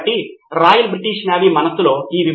కాబట్టి మనము అక్కడకు తెలిసిన ప్యాకేజీ తో వెళ్తున్నాము